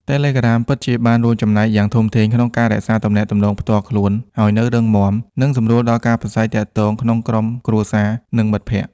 Telegram ពិតជាបានរួមចំណែកយ៉ាងធំធេងក្នុងការរក្សាទំនាក់ទំនងផ្ទាល់ខ្លួនឱ្យនៅរឹងមាំ និងសម្រួលដល់ការប្រាស្រ័យទាក់ទងក្នុងក្រុមគ្រួសារ និងមិត្តភក្តិ។